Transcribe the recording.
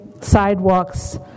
sidewalks